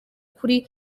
kuri